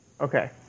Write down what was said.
Okay